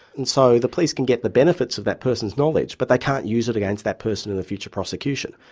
and so the police can get the benefits of that person's knowledge, but they can't use it against that person in a future prosecution.